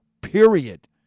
period